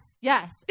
Yes